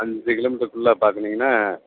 அஞ்சு கிலோமீட்டருக்குள்ள பார்க்கனீங்கன்னா